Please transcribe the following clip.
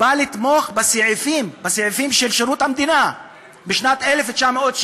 בא לתמוך בסעיפים של שירות המדינה משנת 1970,